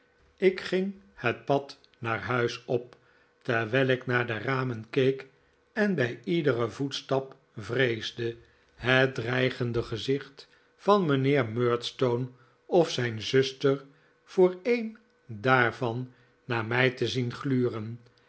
ik ging het pad naar huis op terwijl ik naar de ramen keek en bij iederen voetstap vreesde het dreigende gezicht van mijnheer murdstone of zijn zuster voor een daarvan naar mij te zien gluren